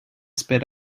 spit